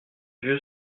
vieux